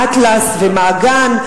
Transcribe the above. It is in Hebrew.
"אטלס" ו"מעגן".